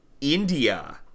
India